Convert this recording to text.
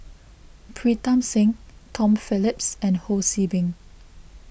Pritam Singh Tom Phillips and Ho See Beng